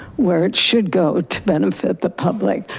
where it should go to benefit the public.